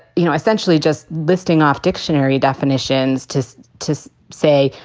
you know, i essentially just listing off dictionary definitions to to say,